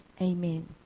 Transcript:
Amen